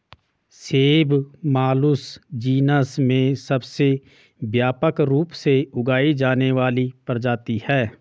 सेब Malus genus में सबसे व्यापक रूप से उगाई जाने वाली प्रजाति है